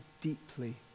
deeply